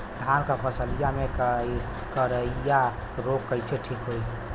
धान क फसलिया मे करईया रोग कईसे ठीक होई?